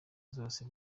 zose